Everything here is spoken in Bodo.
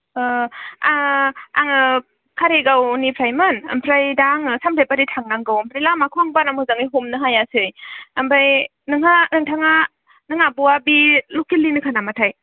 ओह ओ आङो कारिगावनिफ्रायमोन ओमफ्राय दा आङो सामथाइबारि थांनांगौ ओमफ्राय लामाखौ आं बारा मोजाङै हमनो हायासै ओमफ्राय नोंहा नोंथाङा नों आब'आ बे लकेल निनोखा नामाथाय